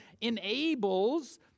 enables